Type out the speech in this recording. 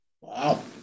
Wow